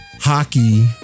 hockey